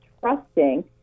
trusting